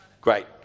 Great